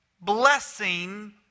blessing